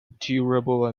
durable